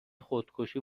خودکشی